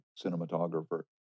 cinematographer